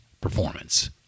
performance